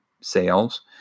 sales